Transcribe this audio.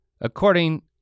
According